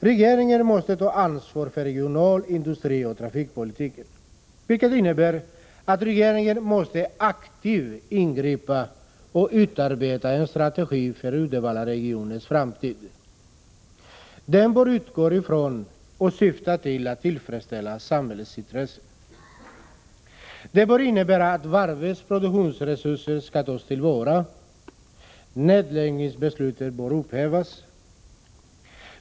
Regeringen måste ta ansvar för regional industrioch trafikpolitik. Detta innebär att regeringen måste aktivt ingripa och för Uddevallaregionens framtid utarbeta en strategi, som utgår från och syftar till att tillfredsställa samhällets intressen. Den bör innebära att varvens produktiva resurser tas till vara. Nedläggningsbeslutet bör upphävas.